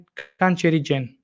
cancerigen